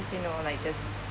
you know like just